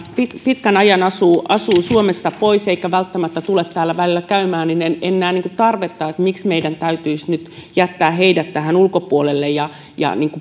pitkän ajan asuvat asuvat suomesta poissa eivätkä välttämättä tule täällä välillä käymään en näe tarvetta miksi meidän täytyisi nyt jättää heidät ulkopuolelle ja